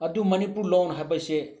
ꯑꯗꯨ ꯃꯅꯤꯄꯨꯔ ꯂꯣꯟ ꯍꯥꯏꯕꯁꯦ